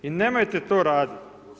I nemojte to raditi.